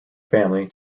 family